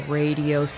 radio